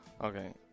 Okay